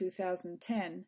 2010